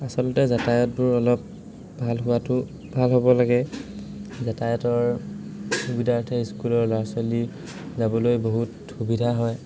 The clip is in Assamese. আচলতে যাতায়াতবোৰ অলপ ভাল হোৱাটো ভাল হ'ব লাগে যাতায়াতৰ সুবিধাৰ্থে স্কুলৰ ল'ৰা ছোৱালী যাবলৈ বহুত সুবিধা হয়